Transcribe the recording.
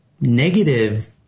negative